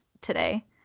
today